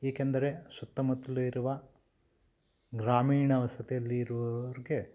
ಏಕೆಂದರೆ ಸುತ್ತಮುತ್ಲಿರುವ ಗ್ರಾಮೀಣ ವಸತಿಯಲ್ಲಿರುವವ್ರಿಗೆ